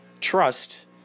trust